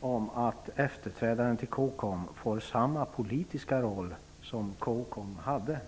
om att efterträdaren till COCOM får samma politiska roll som COCOM hade.